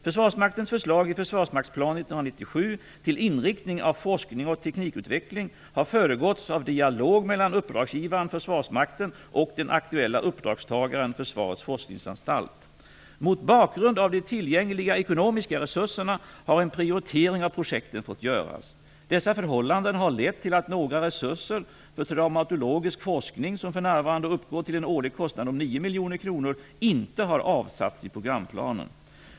1997 till inriktning av forskning och teknikutveckling har föregåtts av dialog mellan uppdragsgivaren Försvarsmakten och den aktuella uppdragstagaren Försvarets forskningsanstalt. Mot bakgrund av de tillgängliga ekonomiska resurserna har en prioritering av projekten fått göras. Dessa förhållanden har lett till att några resurser för traumatologisk forskning, som för närvarande uppgår till en årlig kostnad om 9 miljoner kronor, inte har avsatts i programplanen.